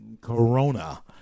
Corona